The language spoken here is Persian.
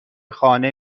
خانه